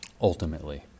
Ultimately